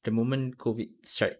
the moment COVID strike